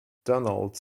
donald